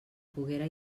poguera